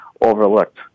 overlooked